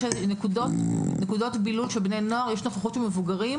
בנקודות בילוי של בני נוער יש נוכחות של מבוגרים,